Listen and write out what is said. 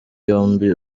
yombi